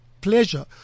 pleasure